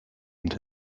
and